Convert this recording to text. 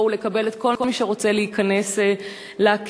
ולקבל את כל מי שרוצה להיכנס לקהילות,